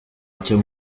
icyo